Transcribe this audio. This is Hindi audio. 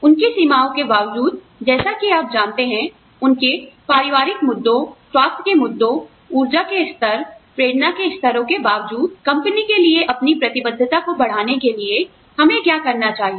उनकी सीमाओं के बावजूद जैसा कि आप जानते हैं उनके पारिवारिक मुद्दों स्वास्थ्य के मुद्दों ऊर्जा के स्तर प्रेरणा के स्तरों के बावजूद कंपनी के लिए अपनी प्रतिबद्धता को बढ़ाने के लिए हमें क्या करना चाहिए